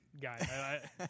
guy